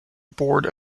board